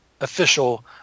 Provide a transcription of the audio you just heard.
official